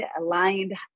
aligned